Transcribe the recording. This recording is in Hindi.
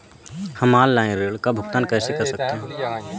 हम ऑनलाइन ऋण का भुगतान कैसे कर सकते हैं?